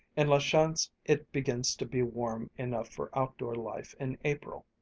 in la chance it begins to be warm enough for outdoor life in april.